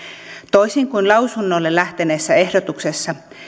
toisin kuin lausunnolle lähteneessä ehdotuksessa